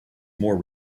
more